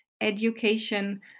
education